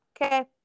okay